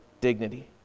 dignity